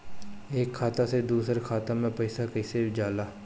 एक खाता से दूसर खाता मे पैसा कईसे जाला?